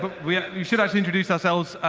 we should should introduce ourselves.